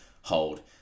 hold